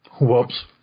Whoops